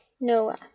Noah